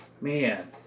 Man